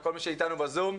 וכל מי שאיתנו בזום.